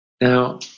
Now